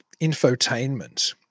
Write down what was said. infotainment